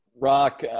Rock